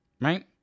Right